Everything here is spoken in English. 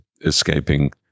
escaping